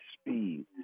speed